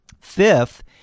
Fifth